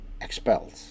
expelled